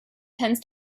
tends